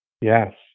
Yes